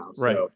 Right